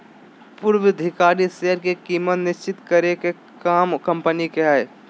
पूर्वधिकारी शेयर के कीमत निश्चित करे के काम कम्पनी के हय